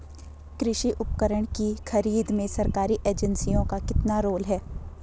कृषि उपकरण की खरीद में सरकारी एजेंसियों का कितना रोल है?